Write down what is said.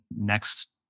Next